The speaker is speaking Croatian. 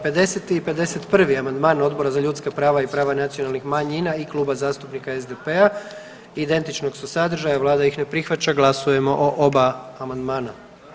50. i 51. amandman Odbora za ljudska prava i prava nacionalnih manjina i Kluba zastupnika SDP-a identičnog su sadržaja i vlada ih ne prihvaća, glasujemo o oba amandmana.